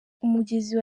umugezi